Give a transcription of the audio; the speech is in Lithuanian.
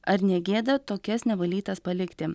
ar ne gėda tokias nevalytas palikti